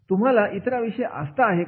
तुम्हाला इतरांविषयी आस्था आहे का